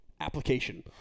application